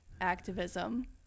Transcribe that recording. activism